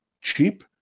cheap